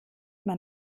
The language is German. man